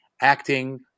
acting